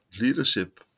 leadership